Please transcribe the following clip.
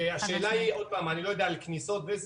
אני לא יודע על כניסות.